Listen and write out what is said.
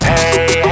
Hey